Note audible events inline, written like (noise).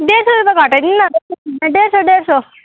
डेढ सौ रुपियाँ घटाइदिनु न त (unintelligible) डेढ सौ डेढ सौ